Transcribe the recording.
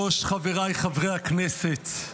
חבריי חברי הכנסת,